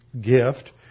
gift